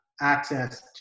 access